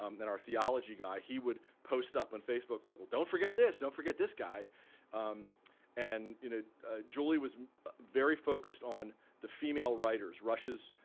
um then our theology guy. he would post up on and facebook like well don't forget this, don't forget this guy and you know julie was very focused on the female writers. rush's